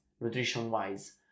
nutrition-wise